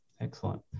Excellent